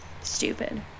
Stupid